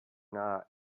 not